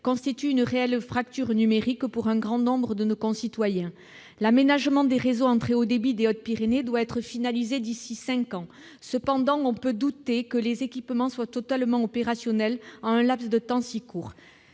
constituent une réelle fracture numérique pour un grand nombre de nos concitoyens. L'aménagement des réseaux en très haut débit des Hautes-Pyrénées doit être finalisé d'ici à cinq ans. Cependant, on peut douter que les équipements soient totalement opérationnels en un laps de temps si court.